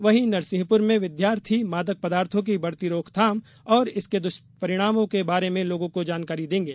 वहीं नरसिंहपुर में विद्यार्थी मादक पदार्थो की बढ़ती रोकथाम और इसके दुष्परिणामों के बारे मं लोगों को जानकारी देंगे